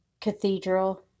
cathedral